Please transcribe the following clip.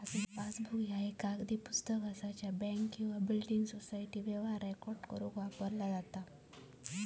passbook ह्या एक कागदी पुस्तक असा ज्या बँक किंवा बिल्डिंग सोसायटी व्यवहार रेकॉर्ड करुक वापरला जाता